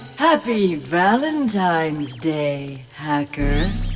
happy valentine's day, hacker.